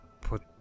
put